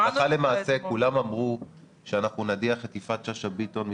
הלכה למעשה כולם אמרו שאנחנו נדיח את יפעת שאשא ביטון מתפקידה,